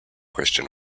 christian